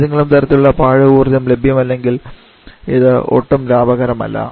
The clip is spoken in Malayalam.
ഏതെങ്കിലും തരത്തിലുള്ള പാഴ് ഊർജ്ജം ലഭ്യമല്ലെങ്കിൽ ഇത് ഒട്ടും ലാഭകരമല്ല